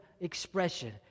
expression